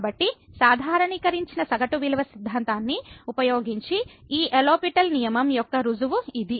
కాబట్టి సాధారణీకరించిన సగటు విలువ సిద్ధాంతాన్ని ఉపయోగించి ఈ లో పిటెల్ LHopitals rules నియమం యొక్క రుజువు ఇది